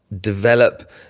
develop